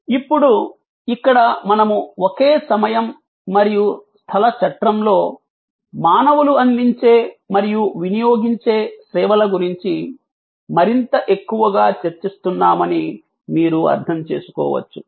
ఇప్పుడు ఇక్కడ మనము ఒకే సమయం మరియు స్థల చట్రంలో మానవులు అందించే మరియు వినియోగించే సేవల గురించి మరింత ఎక్కువగా చర్చిస్తున్నామని మీరు అర్థం చేసుకోవచ్చు